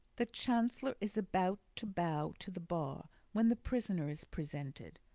the chancellor is about to bow to the bar when the prisoner is presented.